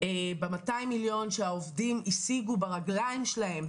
ב-200 מיליון שהעובדים השיגו ברגליים שלהם,